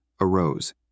arose